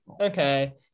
okay